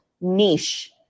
niche